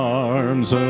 arms